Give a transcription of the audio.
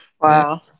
Wow